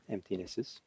Emptinesses